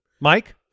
Mike